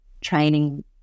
training